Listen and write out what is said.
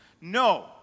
No